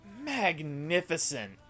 magnificent